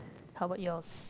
how about yours